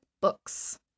Books